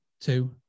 two